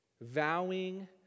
vowing